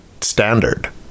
standard